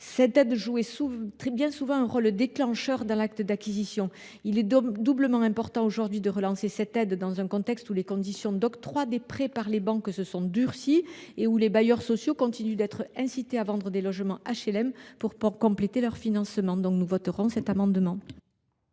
accession a joué bien souvent un rôle déclencheur dans l’acte d’acquisition. Il est doublement important aujourd’hui de relancer cette aide, dans un contexte où les conditions d’octroi des prêts par les banques se sont durcies et où les bailleurs sociaux continuent d’être incités à vendre des logements HLM pour compléter leur financement. Nous voterons donc en